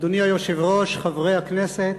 אדוני היושב-ראש, חברי הכנסת,